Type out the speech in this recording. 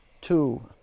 two